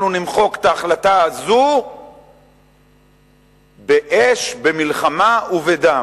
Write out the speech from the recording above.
אנחנו נמחק את ההחלטה הזאת באש, במלחמה ובדם: